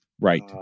Right